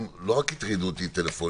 גם לא רק הטרידו אותי טלפונית,